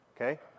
okay